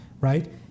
right